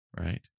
right